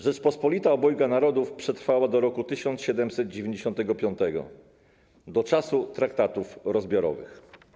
Rzeczpospolita Obojga Narodów przetrwała do roku 1795, do czasu traktatów rozbiorowych.